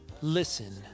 Listen